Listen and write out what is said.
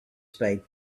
spade